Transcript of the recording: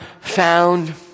found